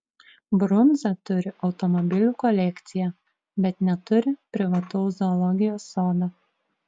brunza turi automobilių kolekciją bet neturi privataus zoologijos sodo